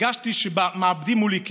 הרגשתי שמאבדים מולי קשב,